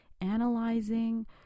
analyzing